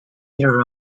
their